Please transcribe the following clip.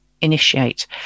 initiate